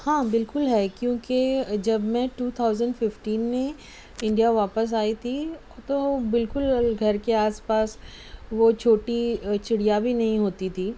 ہاں بالکل ہے کیونکہ جب میں ٹو تھاوزینڈ ففٹین میں انڈیا واپس آئی تھی تو بالکل گھر کے آس پاس وہ چھوٹی چڑیا بھی نہیں ہوتی تھی